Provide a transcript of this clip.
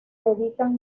dedican